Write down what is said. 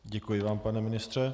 Děkuji vám, pane ministře.